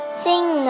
sing